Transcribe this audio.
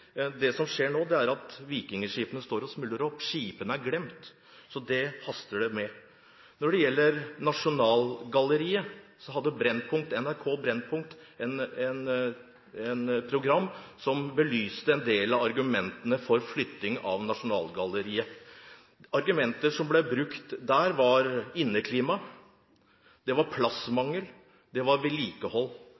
det. Det diskuteres om de skal flyttes eller ikke. Det som skjer nå, er at vikingskipene står og smuldrer opp. Skipene er glemt. Dette haster det med. Når det gjelder Nasjonalgalleriet, hadde NRK et Brennpunkt-program som belyste en del av argumentene for flytting av Nasjonalgalleriet. Argumenter som ble brukt for flytting, var